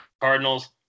Cardinals